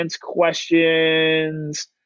questions